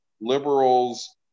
liberals